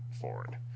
forward